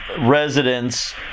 residents